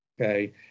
okay